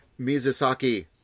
Mizusaki